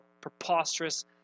preposterous